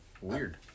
Weird